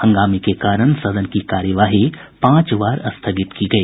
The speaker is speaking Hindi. हंगामे के कारण सदन की कार्यवाही पांच बार स्थगित हुई